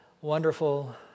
wonderful